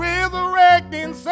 Resurrecting